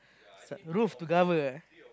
roof to cover ah